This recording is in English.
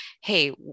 hey